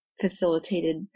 facilitated